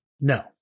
No